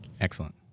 Excellent